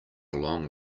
long